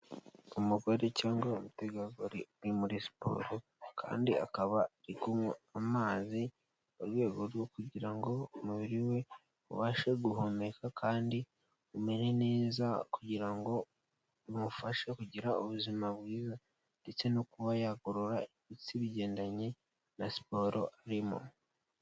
Umugore cyangwa umutegarugori uri muri siporo, kandi akaba ari kunywa amazi mu rwego rwo kugira ngo umubiri we ubashe guhumeka kandi umere neza, kugira ngo bimufashe kugira ubuzima bwiza ndetse no kuba yagorora imitsi bigendanye na siporo arimo.